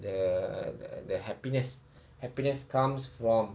the the the happiness happiness comes from